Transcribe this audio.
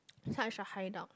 such a hide out